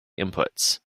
inputs